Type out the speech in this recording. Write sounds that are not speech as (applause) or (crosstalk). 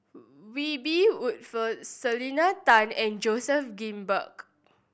Wiebe (unintelligible) Selena Tan and Joseph Grimberg